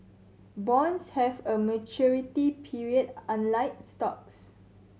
bonds have a maturity period unlike stocks